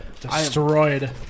Destroyed